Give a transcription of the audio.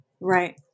Right